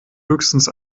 höchstens